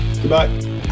goodbye